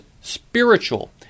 spiritual